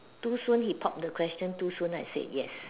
too soon he pop the question too soon I said yes